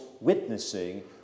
witnessing